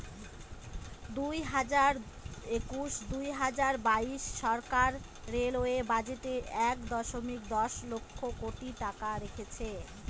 দুই হাজার একুশ দুই হাজার বাইশ সরকার রেলওয়ে বাজেটে এক দশমিক দশ লক্ষ কোটি টাকা রেখেছে